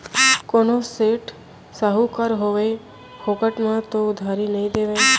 कोनो सेठ, साहूकार होवय फोकट म तो उधारी नइ देवय